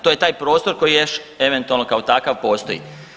To je taj prostor koji još eventualno kao takav postoji.